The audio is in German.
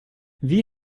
wie